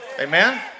Amen